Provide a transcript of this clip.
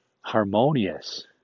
harmonious